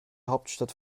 hauptstadt